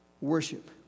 worship